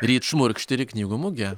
ryt šmurkšt ir į knygų mugę